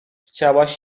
chciałaś